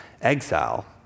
exile